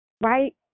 right